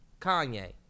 Kanye